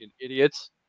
idiots